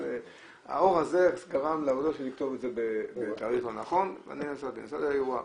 האור הזה גרם לכתוב את זה בתאריך לא נכון ואני נסעתי לאירוע.